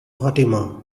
fatima